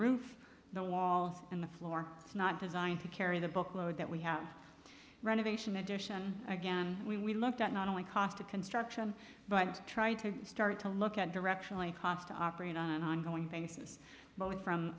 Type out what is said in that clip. roof the walls and the floor is not designed to carry the book load that we have renovation addition again we looked at not only cost of construction but try to start to look at directionally cost to operate on an ongoing basis both from